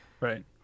right